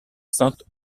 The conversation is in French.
sainte